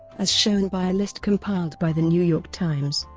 as shown by a list compiled by the new york times.